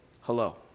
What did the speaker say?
hello